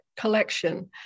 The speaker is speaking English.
collection